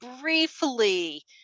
briefly